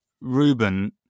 Ruben